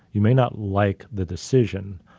you may not like the decision,